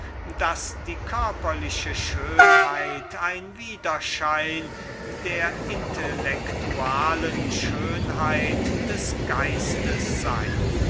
daß die äußerliche schönheit ein widerschein der intellektualischen schönheit des geistes sei